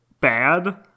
bad